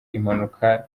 impanuka